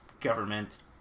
government